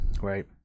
right